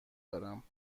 دارم